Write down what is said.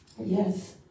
Yes